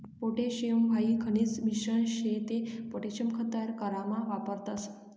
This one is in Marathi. पोटॅशियम हाई खनिजन मिश्रण शे ते पोटॅशियम खत तयार करामा वापरतस